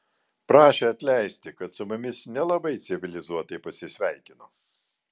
prašė atleisti kad su mumis nelabai civilizuotai pasisveikino